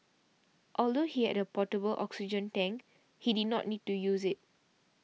although he had portable oxygen tank he did not need to use it